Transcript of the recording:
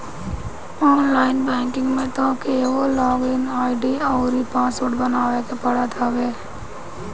online banking में तोहके एगो लॉग इन आई.डी अउरी पासवर्ड बनावे के पड़त हवे